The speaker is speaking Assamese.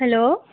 হেল্ল'